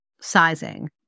sizing